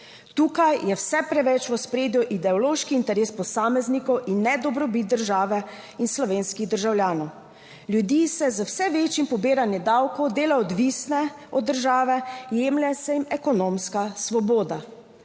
Tukaj je vse preveč v ospredju ideološki interes posameznikov in ne dobrobit države in slovenskih državljanov. Ljudi se z vse večjim pobiranjem davkov dela odvisne od države, jemlje se jim ekonomska svoboda.